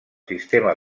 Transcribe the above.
sistema